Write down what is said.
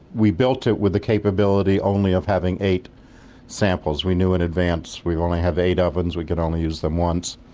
we built it with the capability only of having eight samples. we knew in advance we only had eight ovens, we can only use them once,